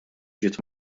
ġiet